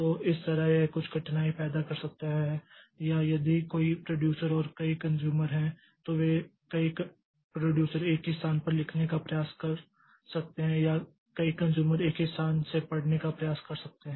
तो इस तरह यह कुछ कठिनाई पैदा कर सकता है या यदि कई प्रोड्यूसर और कई कन्ज़्यूमर हैं तो वे कई प्रोड्यूसर एक ही स्थान पर लिखने का प्रयास कर सकते हैं या कई कन्ज़्यूमर एक ही स्थान से पढ़ने का प्रयास कर सकते हैं